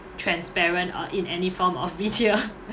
transparent uh in any form of media